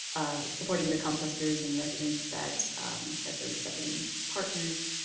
supporting the composters and residents that that those seven partners,